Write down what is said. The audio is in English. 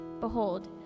Behold